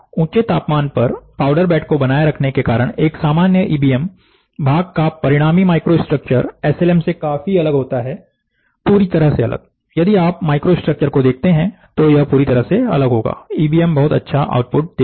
ऊंचे तापमान पर पाउडर बेड को बनाए रखने के कारण एक सामान्य इबीएम भाग का परिणामी माइक्रोस्ट्रक्चर एसएलएम से काफी अलग होता है पूरी तरह से अलग यदि आप माइक्रोस्ट्रक्चर को देखते हैं तो यह पूरी तरह से अलग होगा इ बी एम बहुत अच्छा आउटपुट देता है